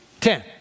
Ten